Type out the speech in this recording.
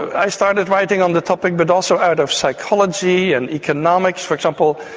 i started writing on the topic, but also out of psychology and economics. for example,